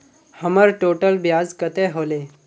हमर टोटल ब्याज कते होले?